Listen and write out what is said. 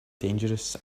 dangerous